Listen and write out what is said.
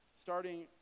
starting